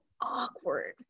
awkward